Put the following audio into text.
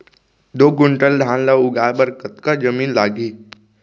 दो क्विंटल धान ला उगाए बर कतका जमीन लागही?